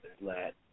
let